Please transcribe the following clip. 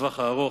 לטווח הארוך,